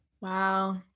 Wow